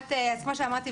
אז כמו שאמרתי,